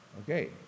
okay